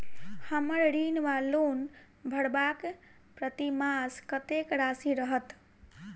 हम्मर ऋण वा लोन भरबाक प्रतिमास कत्तेक राशि रहत?